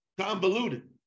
convoluted